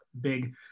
big